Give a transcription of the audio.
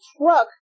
truck